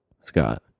Scott